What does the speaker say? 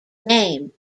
name